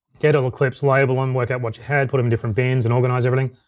get all the clips, label em, work out what you had, put em in different bins, and organize everything.